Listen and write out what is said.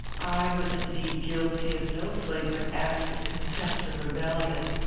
i was indeed guilty of no flagrant acts of contempt or rebellion.